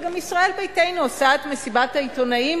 וישראל ביתנו גם עושה את מסיבת העיתונאים